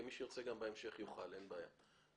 מי שירצה, יוכל לדבר בהמשך.